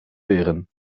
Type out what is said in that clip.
veren